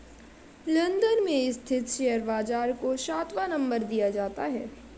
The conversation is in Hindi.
लन्दन में स्थित शेयर बाजार को सातवां नम्बर दिया जाता है